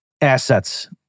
assets